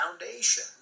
foundation